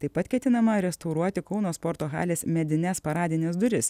taip pat ketinama restauruoti kauno sporto halės medines paradines duris